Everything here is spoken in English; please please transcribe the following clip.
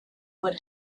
would